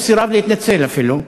הוא סירב להתנצל אפילו,